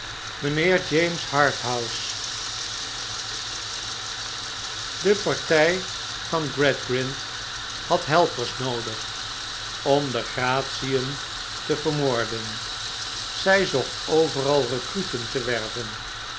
mijnheer james harthousk de partij van gradgrind had helpers noodig om de gratien te vermoorden zij zocht overal recruten te werven